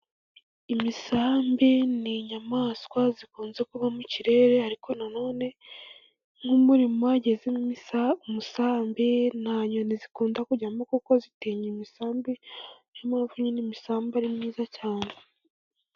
Imisambi ni inyamaswa zikunze kuba mu ikirere, ariko nanone nk' umurima wagezemo umusambi, nta nyoni zikunda kujyamo kuko zitinya imisambi. Niyo mpamvu nyine imisambi ari myiza cyane .